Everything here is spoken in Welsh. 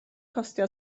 costio